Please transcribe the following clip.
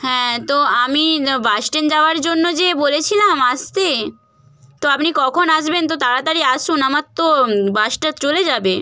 হ্যাঁ তো আমি বাস স্ট্যান্ড যাওয়ার জন্য যে বলেছিলাম আসতে তো আপনি কখন আসবেন তো তাড়াতাড়ি আসুন আমার তো বাসটা চলে যাবে